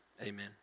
amen